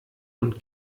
und